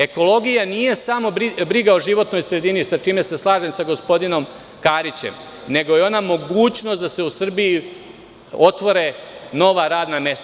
Ekologija nije samo briga o životnoj sredini sa čime se slažem sa gospodinom Karićem, nego je ona mogućnost da se u Srbiji otvore nova radna mesta.